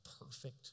perfect